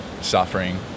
suffering